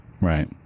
Right